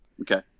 Okay